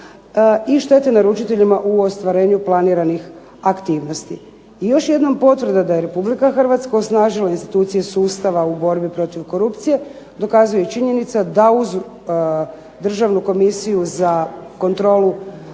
i štete naručiteljima u ostvarivanju planiranih aktivnosti. I još jednom potvrda da je Republika Hrvatska osnažila institucije sustava u borbi protiv korupcije, dokazuje i činjenica da uz Državnu komisiju za kontrolu